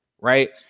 right